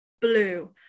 blue